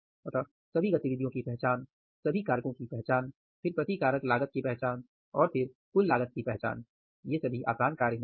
अतः सभी गतिविधियों की पहचान सभी कारकों की पहचान फिर प्रति कारक लागत की पहचान और फिर कुल लागत की पहचान ये सभी आसान कार्य नहीं है